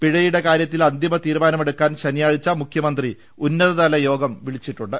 പിഴയുടെ കാര്യ ത്തിൽ അന്തിമതീരുമാനമെടുക്കാൻ ശനിയാഴ്ച്ച മുഖ്യമന്ത്രി ഉന്നത തലയോഗം വിളിച്ചിട്ടുണ്ട്